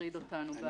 שהטריד אותנו.